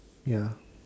ya